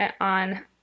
on